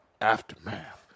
Aftermath